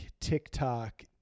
TikTok